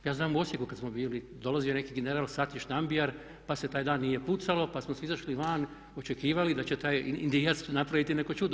Ja znam u Osijeku kad smo bili, dolazio je neki general Satish Nambiar pa se taj dan nije pucalo, pa smo svi izašli van, očekivali da će taj Indijac napraviti neko čudo.